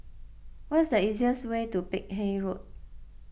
what is the easiest way to Peck Hay Road